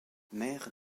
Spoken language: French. maire